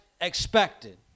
expected